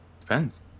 Depends